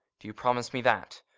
do you promise me that?